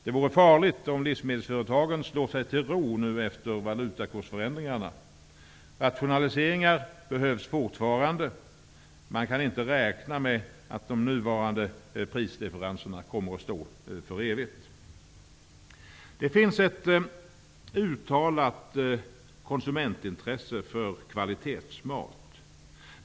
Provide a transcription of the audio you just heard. Det vore farligt om livsmedelsföretagen slår sig till ro efter valutakursförändringarna. Det behövs fortfarande rationaliseringar. Man kan inte räkna med att de nuvarande prisdifferenserna kommer att bestå för evigt. Det finns ett uttalat intresse för kvalitetsmat bland konsumenterna.